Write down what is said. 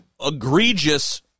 egregious